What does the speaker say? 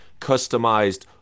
customized